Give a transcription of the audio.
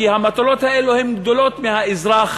כי המטלות האלו הן גדולות מהאזרח